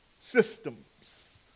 Systems